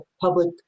public